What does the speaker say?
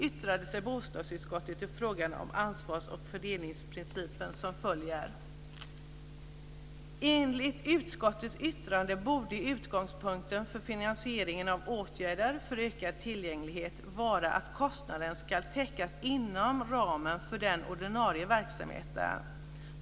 yttrade sig bostadsutskottet i frågan om ansvars och finansieringsprincipen som följer: "Enligt utskottets yttrande borde utgångspunkten för finansieringen av åtgärder för ökad tillgänglighet vara att kostnaderna skulle täckas inom ramen för den ordinarie verksamheten.